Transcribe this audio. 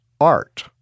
art